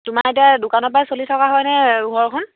তোমাৰ এতিয়া দোকানৰপৰাই চলি থকা হয়নে ঘৰখন